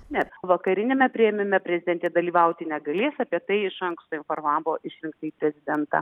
ne vakariniame priėmime prezidentė dalyvauti negalės apie tai iš anksto informavo išrinktąjį prezidentą